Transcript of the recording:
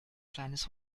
kleines